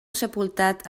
sepultat